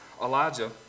Elijah